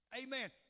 Amen